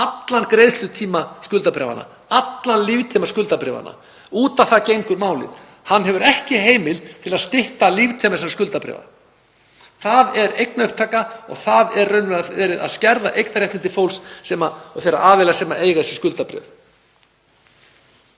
allan greiðslutíma skuldabréfanna, allan líftíma skuldabréfanna. Út á það gengur málið. Hann hefur ekki heimild til að stytta líftíma þessara skuldabréfa. Það er eignaupptaka. Þar er raunverulega verið að skerða eignarréttindi fólks og þeirra aðila sem eiga þessi skuldabréf.